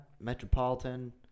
Metropolitan